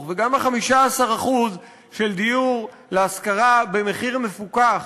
וגם ה-15% של דיור להשכרה במחיר מפוקח,